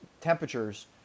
temperatures